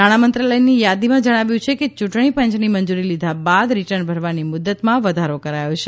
નાણામંત્રાલયની યાદીમાં જણાવ્યું છે કે યૂંટણી પંચની મંજૂરી લીધા બાદ રિટર્ન ભરવાની મુદ્દતમાં વધારો કરાયો છે